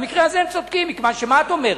במקרה הזה הם צודקים, מכיוון שמה את אומרת?